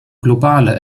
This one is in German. globale